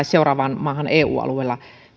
seuraavaan maahan eu alueella